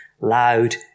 loud